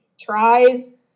tries